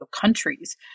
countries